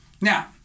Now